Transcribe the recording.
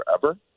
forever